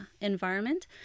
environment